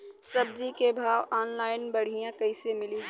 सब्जी के भाव ऑनलाइन बढ़ियां कइसे मिली?